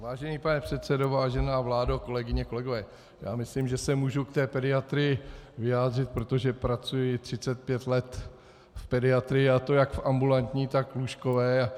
Vážený pane předsedo, vážená vládo, kolegyně, kolegové, já myslím, že se můžu k pediatrii vyjádřit, protože pracuji 35 let v pediatrii, a to jak ambulantní, tak lůžkové.